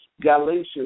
Galatians